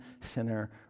sinner